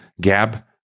Gab